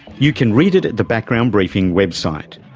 you can read it at the background briefing website.